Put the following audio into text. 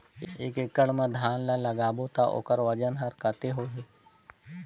एक एकड़ मा धान ला लगाबो ता ओकर वजन हर कते होही?